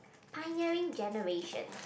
pioneering generation